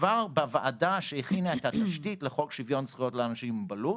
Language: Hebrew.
כבר בוועדה שהכינה את התשתית לחוק שוויון זכויות לאנשים עם מוגבלות,